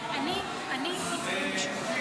אדוני היושב-ראש,